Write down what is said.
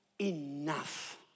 enough